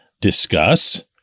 discuss